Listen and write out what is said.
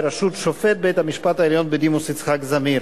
בראשות שופט בית-המשפט העליון בדימוס יצחק זמיר.